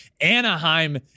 Anaheim